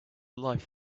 life